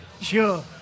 Sure